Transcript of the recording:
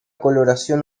coloración